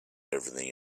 everything